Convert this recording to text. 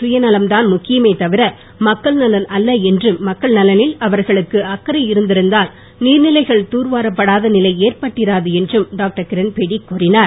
சுயநலம் தான் முக்கியமே தவிர மக்கள் நலன் அல்ல என்றும் மக்கள் நலனில் அவர்களுக்கு அக்கறை இருந்திருந்தால் நீர்நிலைகள் தூர் வரப்படாத நிலை ஏற்பட்டிராது என்றும் டாக்டர் கிரண்பேடி கூறினார்